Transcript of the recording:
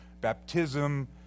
baptism